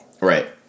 Right